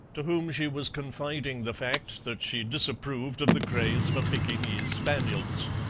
to whom she was confiding the fact that she disapproved of the craze for pekingese spaniels.